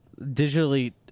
digitally